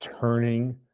turning